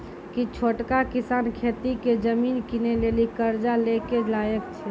कि छोटका किसान खेती के जमीन किनै लेली कर्जा लै के लायक छै?